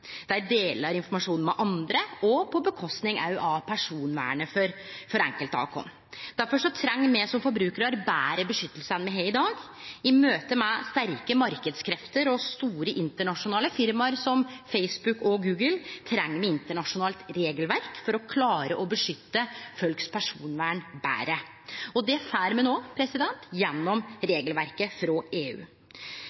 Dei deler informasjonen med andre, òg med kostnad for personvernet for enkelte av oss. Difor treng me som forbrukarar betre beskyttelse enn me har i dag. I møte med sterke marknadskrefter og store internasjonale firma som Facebook og Google treng me internasjonalt regelverk for å klare å beskytte personvernet til folk betre. Det får me no gjennom